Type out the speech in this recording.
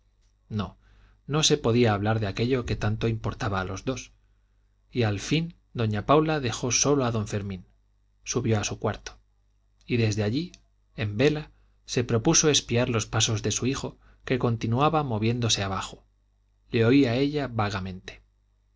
no no se podía hablar de aquello que tanto importaba a los dos y al fin doña paula dejó solo a don fermín subió a su cuarto y desde allí en vela se propuso espiar los pasos de su hijo que continuaba moviéndose abajo le oía ella vagamente sí